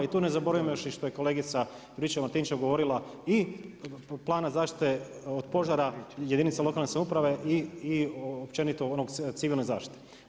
I tu ne zaboravimo još što je i kolegica Jurinčev Martinčev govorila i plana zaštita od požara jedinica lokalne samouprave i općenito onog civilno zaštite.